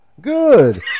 Good